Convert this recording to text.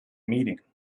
meeting